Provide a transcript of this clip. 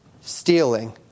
stealing